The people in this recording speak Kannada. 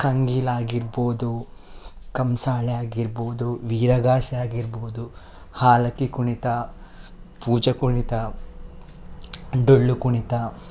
ಕಂಗೀಲು ಆಗಿರ್ಬೋದು ಕಂಸಾಳೆ ಆಗಿರ್ಬೌದು ವೀರಗಾಸೆ ಆಗಿರ್ಬೋದು ಹಾಲಕ್ಕಿ ಕುಣಿತ ಪೂಜಾ ಕುಣಿತ ಡೊಳ್ಳು ಕುಣಿತ